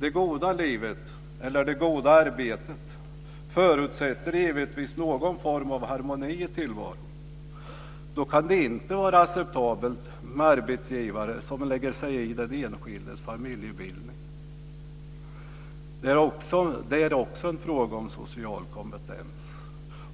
Det goda livet, eller det goda arbetet, förutsätter givetvis någon form av harmoni i tillvaron. Då kan det inte vara acceptabelt med arbetsgivare som lägger sig i den enskildes familjebildning. Detta är också en fråga om social kompetens.